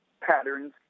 patterns